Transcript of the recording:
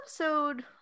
episode